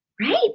right